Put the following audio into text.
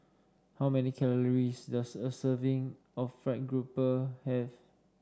how many calories does a serving of fried grouper have